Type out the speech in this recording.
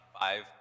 five